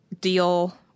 deal